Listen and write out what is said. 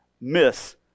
miss